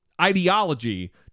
ideology